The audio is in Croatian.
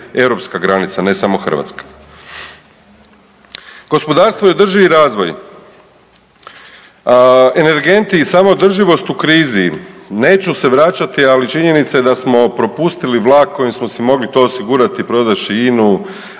europska granica, ne samo Hrvatska. Gospodarstvo i održivi razvoj, energenti i samoodrživost u krizi, neću se vraćati ali činjenica je da smo propustili vlak kojim smo si mogli to osigurati prodavši